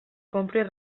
compris